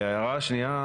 ההערה השנייה,